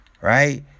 Right